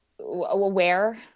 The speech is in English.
aware